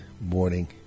morning